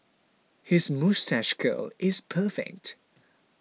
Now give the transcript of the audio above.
his moustache curl is perfect